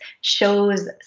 shows